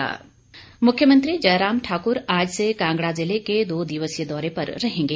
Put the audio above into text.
मुख्यमंत्री मुख्यमंत्री जयराम ठाकुर आज से कांगड़ा जिले के दो दिवसीय दौरे पर रहेंगे